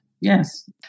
Yes